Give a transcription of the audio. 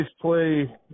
play